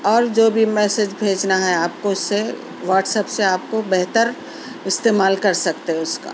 اور جو بھی میسج بھیجنا ہے آپ کو اس سے واٹس ایپ سے آپ کو بہتر استعمال کر سکتے اسکا